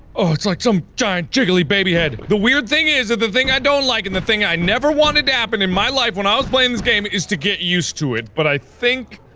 oh it's like some giant jiggly, baby head. the weird thing, is that the thing i don't like and the thing i never wanted to happen in my life when i was playing this game is to get used to it, but i think.